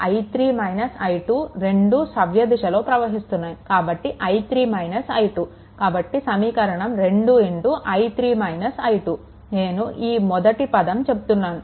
i3 మరియు i2 రెండు సవ్య దిశలో ప్రవహిస్తున్నాయి కాబట్టి i3 - i2 కాబట్టి సమీకరణం 2 i3 - i2 నేను ఈ మొదటి పదం చెప్తున్నాను 2 i3 - i2